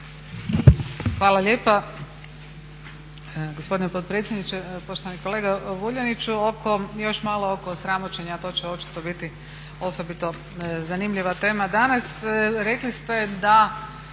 Hvala lijepa gospodine potpredsjedniče. Poštovani kolega Vuljaniću, još malo oko sramoćenja, to će očito biti osobito zanimljiva tema danas. Rekli ste da